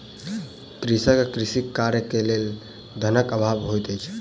कृषक के कृषि कार्य के लेल धनक अभाव होइत अछि